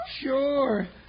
Sure